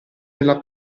nella